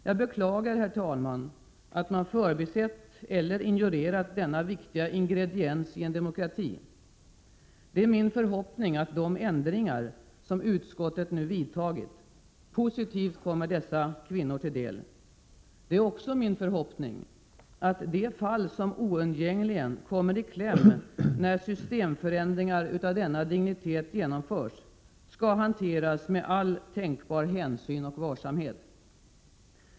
Jag beklagar, herr talman, att man förbisett eller ignorerat denna viktiga ingrediens i en demokrati. Det är min förhoppning att de ändringar som utskottet nu vidtagit kommer dessa kvinnor till del på ett positivt sätt. Det är också min förhoppning att de fall, som oundvikligen kommer i kläm när systemförändringar av denna dignitet genomförs, skall hanteras med all tänkbar hänsyn och varsamhet.